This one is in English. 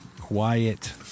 Quiet